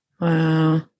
wow